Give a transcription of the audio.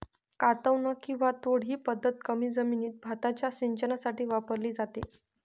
कातवन किंवा तोड ही पद्धत कमी जमिनीत भाताच्या सिंचनासाठी वापरली जाते